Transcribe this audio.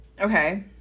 Okay